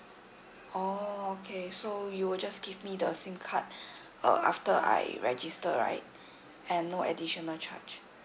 oh okay so you will just give me the sim card uh after I register right and no additional charge